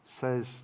says